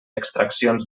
extraccions